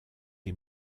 les